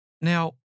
Now